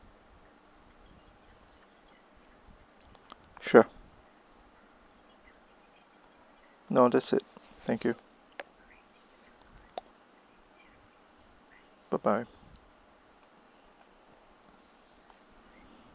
sure no that's it thank you bye bye